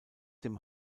dem